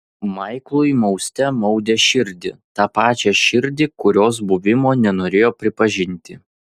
maiklui mauste maudė širdį tą pačią širdį kurios buvimo nenorėjo pripažinti